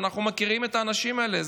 אנחנו מכירים את האנשים האלה.